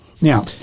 Now